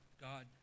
God